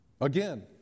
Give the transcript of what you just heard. Again